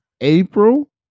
April